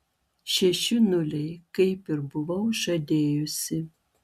šeši nuliai kaip ir buvau žadėjusi